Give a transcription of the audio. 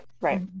Right